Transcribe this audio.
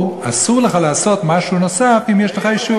אסור לך לעשות משהו נוסף אם יש לך אישור.